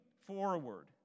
forward